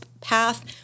path